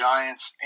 Giants